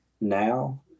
now